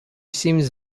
seems